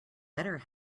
better